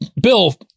Bill